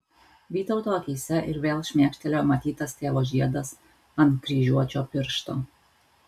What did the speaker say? vytauto akyse ir vėl šmėkštelėjo matytas tėvo žiedas ant kryžiuočio piršto